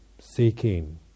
seeking